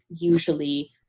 usually